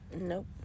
Nope